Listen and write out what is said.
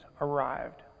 arrived